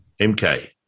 MK